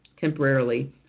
temporarily